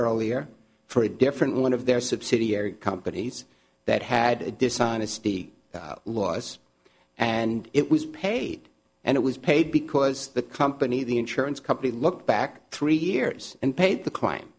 earlier for a different one of their subsidiary companies that had dishonesty laws and it was paid and it was paid because the company the insurance company looked back three years and paid the